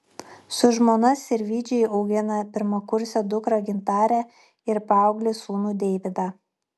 su žmona sirvydžiai augina pirmakursę dukrą gintarę ir paauglį sūnų deividą